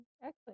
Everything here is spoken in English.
excellent